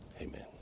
Amen